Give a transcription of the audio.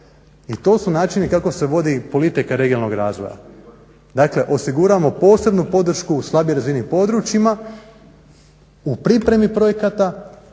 I to su načini kako se vodi politika regionalnog razvoja, dakle osiguramo posebnu podršku slabije razvijenim područjima u pripremi projekata